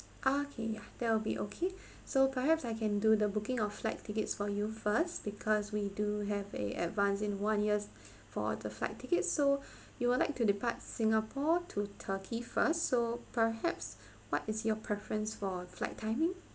okay that will be okay so perhaps I can do the booking or flights tickets for you first because we do have uh advance in one year for the flight tickets so you would like to depart singapore to turkey first so perhaps what is your preference for flight timing